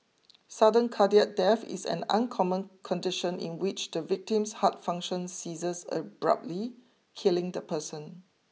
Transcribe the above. sudden cardiac death is an uncommon condition in which the victim's heart function ceases abruptly killing the person